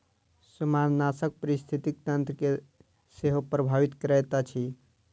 सेमारनाशक पारिस्थितिकी तंत्र के सेहो प्रभावित करैत अछि